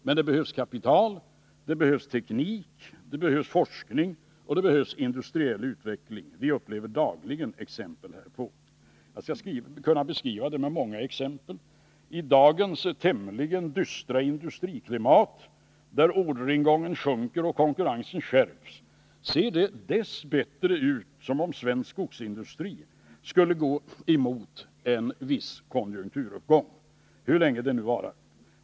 Däremot behövs det kapital, teknik, forskning och industriell utveckling. Vi upplever dagligen exempel härpå. Jag skulle kunna beskriva detta med många exempel. I dagens tämligen dystra industriklimat, där orderingången sjunker och konkurrensen skärps, ser det dess bättre ut som om svensk skogsindustri skulle gå emot en viss konjunkturuppgång — så länge det nu varar —.